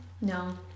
No